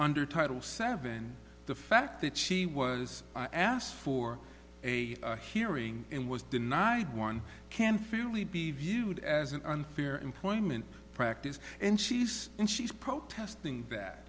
under title seven the fact that she was asked for a hearing and was denied one can fairly be viewed as an unfair employment practice and she's and she's protesting